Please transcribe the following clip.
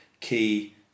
key